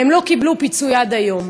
הם לא קיבלו פיצוי עד היום.